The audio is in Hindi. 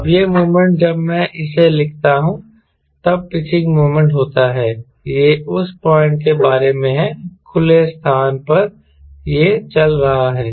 अब यह मोमेंट जब मैं इसे लिखता हूं तब पिचिंग मोमेंट होता है यह उस पॉइंट के बारे में है खुले स्थान पर यह चल रहा है